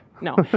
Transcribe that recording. No